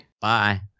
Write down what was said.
Bye